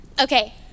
Okay